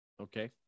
Okay